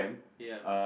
ya